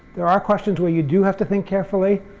there are questions where you do have to think carefully,